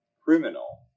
criminal